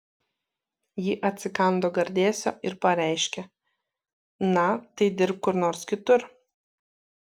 ji atsikando gardėsio ir pareiškė na tai dirbk kur nors kitur